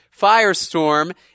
firestorm